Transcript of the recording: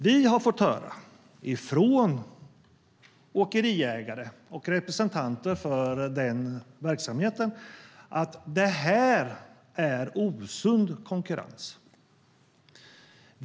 Vi har fått höra från åkeriägare och representanter för verksamheten att det är osund konkurrens.